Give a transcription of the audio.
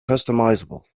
customizable